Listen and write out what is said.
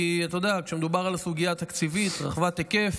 כי אתה יודע, כשמדובר על סוגיה תקציבית רחבת היקף,